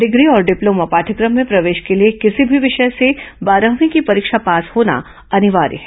degree और diploma पाठ्यक्रम में प्रवेश के लिए किसी भी विषय से बारहवीं की परीक्षा पास होना अनिवार्य है